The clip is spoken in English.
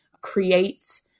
create